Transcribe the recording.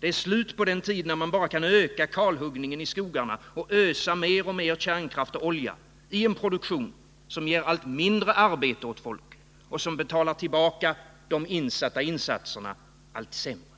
Det är slut på den tid när man bara kunde öka kalhuggningen i skogarna och ösa mer och mer kärnkraft och olja i en produktion, som ger allt mindre arbete åt folk och som betalar tillbaka de insatta insatserna allt sämre.